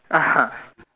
(uh huh)